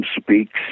Speaks